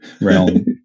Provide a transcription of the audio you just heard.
realm